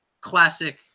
classic